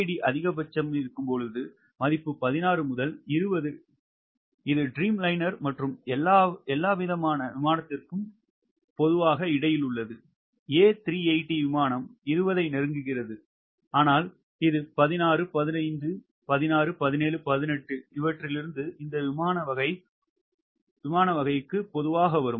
LD அதிகபட்ச மதிப்பு 16 முதல் 20 ட்ரீம்லைனர் மற்றும் எல்லாவற்றிற்கும் இடையில் உள்ளது ஏ 380 விமானம் 20 ஐ நெருங்குகிறது ஆனால் இது 16 15 16 17 18 இலிருந்து இந்த வகை விமானங்களுக்கு பொதுவாக வரும்